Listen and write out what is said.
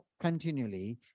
continually